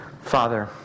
Father